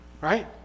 Right